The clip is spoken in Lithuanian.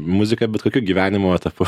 muzika bet kokiu gyvenimo etapu